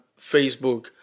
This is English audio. facebook